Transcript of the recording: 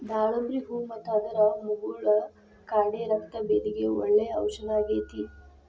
ದಾಳಿಂಬ್ರಿ ಹೂ ಮತ್ತು ಅದರ ಮುಗುಳ ಕಾಡೆ ರಕ್ತಭೇದಿಗೆ ಒಳ್ಳೆ ಔಷದಾಗೇತಿ